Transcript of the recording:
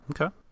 okay